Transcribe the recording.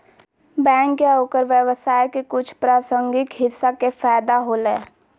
bank या ओकर व्यवसाय के कुछ प्रासंगिक हिस्सा के फैदा होलय